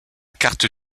carte